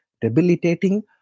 debilitating